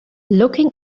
looking